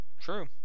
True